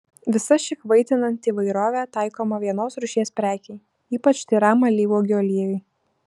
visa ši kvaitinanti įvairovė taikoma vienos rūšies prekei ypač tyram alyvuogių aliejui